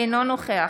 אינו נוכח